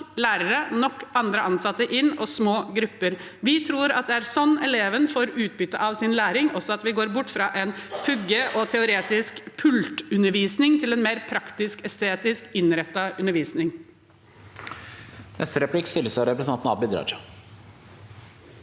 nok lærere, nok andre ansatte og små grupper. Vi tror at det er sånn eleven får utbytte av sin læring, og også ved at vi går bort fra pugging og teoretisk pultundervisning til en mer praktisk-estetisk innrettet undervisning.